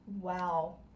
wow